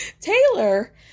taylor